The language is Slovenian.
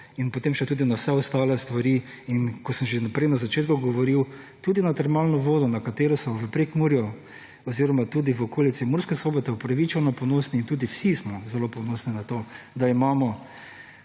in potem še tudi na vse ostale stvari. In ko sem že prej na začetku govoril, tudi na termalno vodo, na katero so v Prekmurju oziroma tudi v okolici Murske Sobote upravičeno ponosni in tudi vsi smo zelo ponosni na to, da imamo